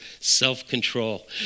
self-control